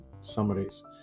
summaries